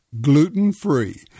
Gluten-free